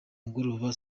mugoroba